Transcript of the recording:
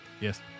Yes